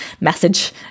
message